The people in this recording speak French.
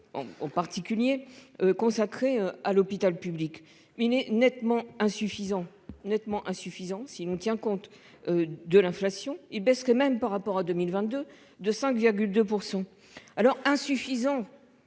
en particulier. Consacrée à l'hôpital public mais il n'est nettement insuffisant nettement insuffisant si on tient compte. De l'inflation, ils baissent que même par rapport à 2022, de 5,2% alors insuffisant.